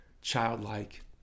childlike